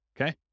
okay